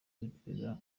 z’iperereza